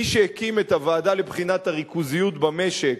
מי שהקים את הוועדה לבחינת הריכוזיות במשק,